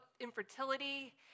infertility